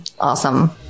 awesome